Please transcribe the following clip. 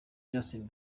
justin